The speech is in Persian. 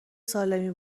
سالمی